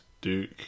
Duke